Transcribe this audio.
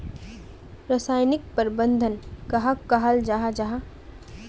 रासायनिक प्रबंधन कहाक कहाल जाहा जाहा?